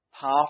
path